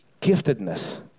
giftedness